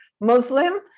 Muslim